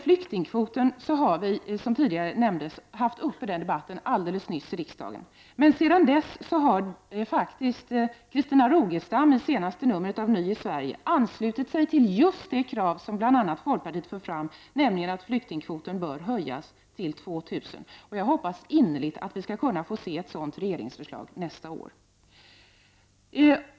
Flyktingkvoten har vi, som tidigare nämndes, haft uppe till debatt alldeles nyligen här i riksdagen. Men sedan dessa har faktiskt Christina Rogestam i senaste numret av Ny i Sverige anslutit sig till just de krav som bl.a. folkpartiet fört fram, nämligen att flyktingkvoten bör höjas till 2 000. Jag hoppas innerligt att vi skall kunna få ett sådant förslag från regeringen nästa år.